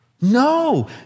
no